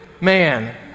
Man